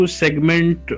segment